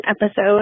episode